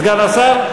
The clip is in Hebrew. סגן השר?